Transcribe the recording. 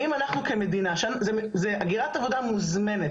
האם אנחנו כמדינה שזה הגירת עבודה מוזמנת,